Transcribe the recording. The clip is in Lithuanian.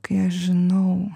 kai aš žinau